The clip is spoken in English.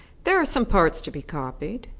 there are some parts to be copied.